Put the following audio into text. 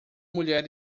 mulher